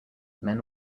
men